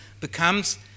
becomes